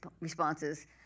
responses